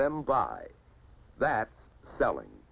them buy that selling